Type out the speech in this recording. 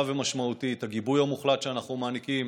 ומשמעותית: הגיבוי המוחלט שאנחנו מעניקים